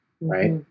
right